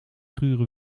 gure